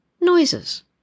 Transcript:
noises